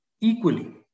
equally